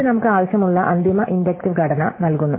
ഇത് നമുക്ക് ആവശ്യമുള്ള അന്തിമ ഇൻഡക്റ്റീവ് ഘടന നൽകുന്നു